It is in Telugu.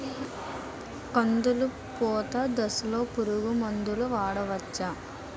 కందులు పూత దశలో పురుగు మందులు వాడవచ్చా?